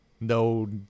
no